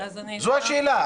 זו השאלה.